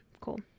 cool